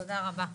תודה רבה.